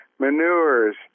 manures